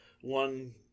one